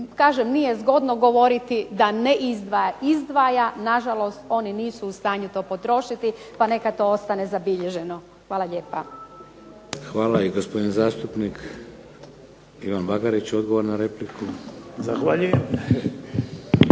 kažem nije zgodno govoriti da ne izdvaja. Izdvaja, nažalost oni nisu u stanju to potrošiti pa neka to ostane zabilježeno. Hvala lijepa. **Šeks, Vladimir (HDZ)** Hvala. I gospodin zastupnik Ivan Bagarić, odgovor na repliku. **Bagarić,